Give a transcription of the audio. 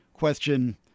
question